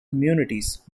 communities